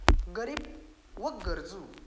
गरीब व गरजू